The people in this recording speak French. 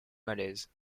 malaise